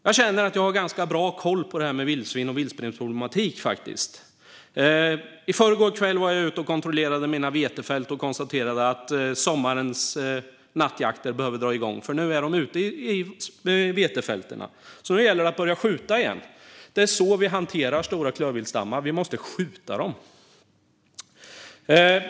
Jag känner att jag faktiskt har ganska bra koll på det här med vildsvin och vildsvinsproblematik. I förrgår kväll var jag ute och kontrollerade mina vetefält och konstaterade att sommarens nattjakt behöver dra igång, för nu är de ute i vetefälten. Nu gäller det alltså att börja skjuta igen. Det är så vi hanterar stora klövviltsstammar; vi måste skjuta dem.